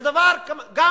זה דבר גם